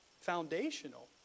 Foundational